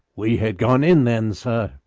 we had gone in then, sir.